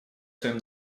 своим